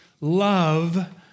love